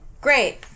Great